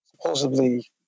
Supposedly